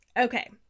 Okay